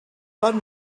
bon